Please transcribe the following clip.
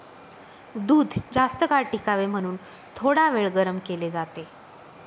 दूध जास्तकाळ टिकावे म्हणून थोडावेळ गरम केले जाते